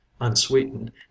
unsweetened